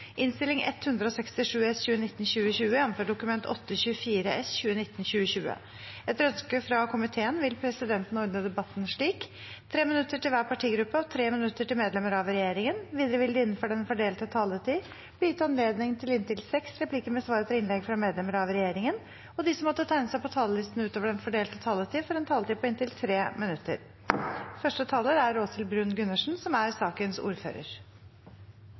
Etter ønske fra helse- og omsorgskomiteen vil presidenten ordne debatten slik: 3 minutter til hver partigruppe og 3 minutter til medlemmer av regjeringen. Videre vil det – innenfor den fordelte taletid – bli gitt anledning til inntil seks replikker med svar etter innlegg fra medlemmer av regjeringen, og de som måtte tegne seg på talerlisten utover den fordelte taletid, får en taletid på inntil